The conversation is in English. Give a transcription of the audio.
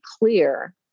clear